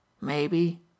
Maybe